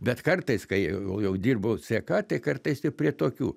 bet kartais kai jau dirbau ck tai kartais ir prie tokių